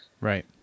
Right